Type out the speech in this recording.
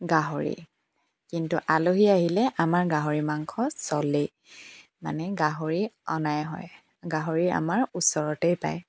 গাহৰি কিন্তু আলহী আহিলে আমাৰ গাহৰি মাংস চলেই মানে গাহৰি অনাই হয় গাহৰি আমাৰ ওচৰতেই পায়